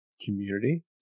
community